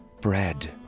Bread